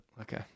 okay